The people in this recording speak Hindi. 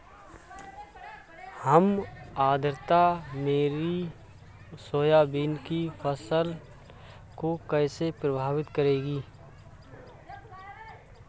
कम आर्द्रता मेरी सोयाबीन की फसल को कैसे प्रभावित करेगी?